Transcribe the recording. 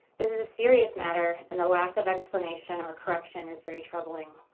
this is a serious matter and the lack of explanation or correction is very troubling.